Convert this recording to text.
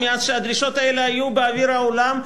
מאז באו הדרישות האלה לאוויר העולם,